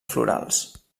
florals